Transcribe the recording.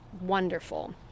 wonderful